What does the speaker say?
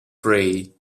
free